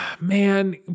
man